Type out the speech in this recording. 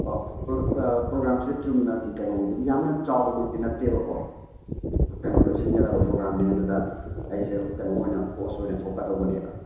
ꯑꯣ ꯄ꯭ꯔꯣꯒ꯭ꯔꯥꯝꯁꯦ ꯆꯨꯝꯅꯒꯤ ꯀꯩꯅꯣꯒꯨꯝ ꯌꯥꯝꯅ ꯆꯥꯎꯕ ꯃꯛꯇꯤ ꯅꯠꯇꯦꯕ ꯀꯣ ꯀꯩꯅꯣꯗ ꯁꯤꯟꯒꯗꯕ ꯄ꯭ꯔꯣꯒ꯭ꯔꯥꯝꯅꯦ ꯑꯗꯨꯗ ꯑꯩꯁꯨ ꯀꯩꯅꯣ ꯑꯣꯏꯅ ꯍꯣꯁ ꯑꯣꯏꯅ ꯊꯣꯛꯀꯗꯧꯕꯅꯦꯕ